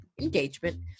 engagement